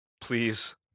Please